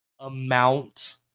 amount